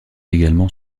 également